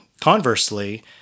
conversely